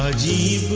ah g